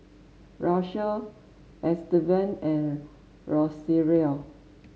Russel Estevan and Rosario